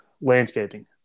landscaping